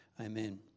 amen